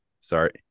Sorry